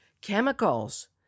chemicals